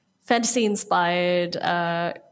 fantasy-inspired